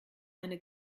eine